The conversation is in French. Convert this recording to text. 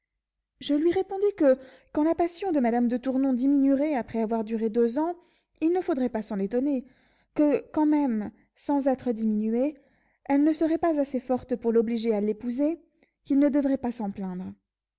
je lui répondis que quand la passion de madame de tournon diminuerait après avoir duré deux ans il ne faudrait pas s'en étonner que quand même sans être diminuée elle ne serait pas assez forte pour l'obliger à l'épouser qu'il ne devrait pas s'en plaindre